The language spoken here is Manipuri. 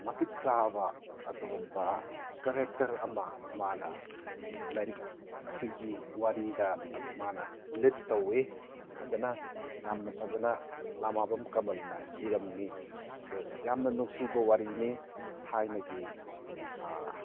ꯃꯇꯤꯛ ꯆꯥꯕ ꯑꯗꯨꯒꯨꯝꯕ ꯀꯔꯦꯛꯇꯔ ꯑꯃ ꯃꯥꯅ ꯂꯥꯏꯔꯤꯛ ꯑꯁꯤꯒꯤ ꯋꯥꯔꯤꯗ ꯃꯥꯅ ꯂꯤꯗ ꯇꯧꯏ ꯐꯖꯅ ꯌꯥꯝꯅ ꯐꯖꯅ ꯂꯥꯃꯥꯕꯝ ꯀꯃꯜꯅ ꯏꯔꯝꯃꯤ ꯑꯗꯣ ꯌꯥꯝꯅ ꯅꯨꯡꯁꯤꯕ ꯋꯥꯔꯤꯅꯤ ꯊꯥꯏꯅꯒꯤ